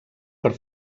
per